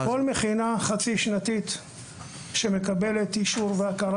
כל מכינה חצי-שנתית שמקבלת אישור והכרה